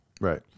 right